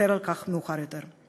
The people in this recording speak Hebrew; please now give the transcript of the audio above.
נצטער על כך מאוחר יותר.